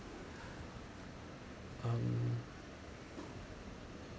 um